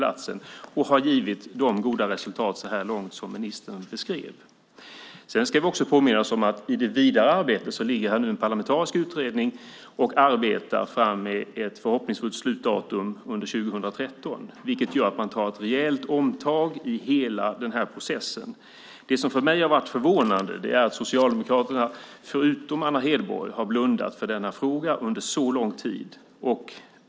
Den har givit de goda resultat så här långt som ministern beskrev. Sedan ska vi också påminna oss om att det i det vidare arbetet nu finns en parlamentarisk utredning som arbetar. Förhoppningsvis är slutdatum under 2013. Det gör att man tar ett rejält omtag i hela denna process. Det som har förvånat mig är att Socialdemokraterna, förutom Anna Hedborg, har blundat för denna fråga under så lång tid.